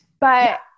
But-